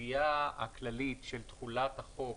שהסוגיה הכללית של תחולת החוק